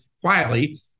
quietly